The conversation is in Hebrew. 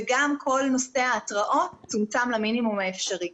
וגם כל נושא ההתראות צומצם למינימום האפשרי.